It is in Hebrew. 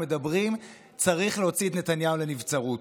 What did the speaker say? מדברים צריך להוציא את נתניהו לנבצרות.